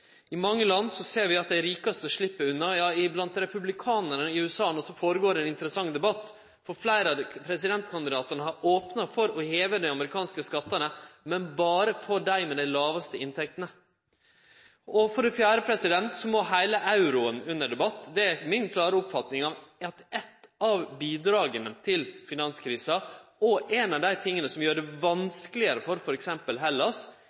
I mange land ser vi at dei rikaste slepp unna. Ja, blant republikanarane i USA føregår det no ein interessant debatt, for fleire av presidentkandidatane har opna for å heve dei amerikanske skattane, men berre for dei med dei lågaste inntektene. Og for det fjerde må heile euroen under debatt – det er mi klare oppfatning eit av bidraga til finanskrisa. Ein av dei tinga som gjer det vanskelegare for f.eks. Hellas,